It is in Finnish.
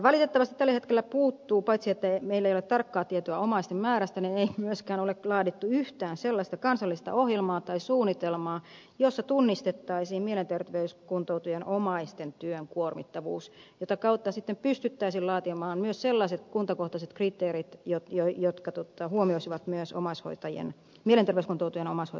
valitettavasti tällä hetkellä paitsi että meillä ei ole tarkkaa tietoa omaisten määrästä ei myöskään ole laadittu yhtään sellaista kansallista ohjelmaa tai suunnitelmaa jossa tunnistettaisiin mielenterveyskuntoutujan omaisten työn kuormittavuus mitä kautta sitten pystyttäisiin laatimaan myös sellaiset kuntakohtaiset kriteerit jotka huomioisivat myös mielenterveyskuntoutujien omaishoitajien tarpeet